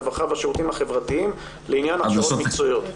הרווחה והשירותים החברתיים לעניין הכשרות מקצועיות.